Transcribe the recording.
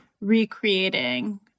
recreating